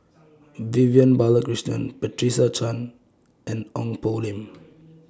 Vivian Balakrishnan Patricia Chan and Ong Poh Lim